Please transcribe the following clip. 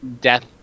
death